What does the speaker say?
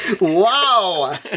Wow